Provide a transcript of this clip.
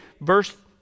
verse